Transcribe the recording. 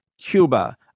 Cuba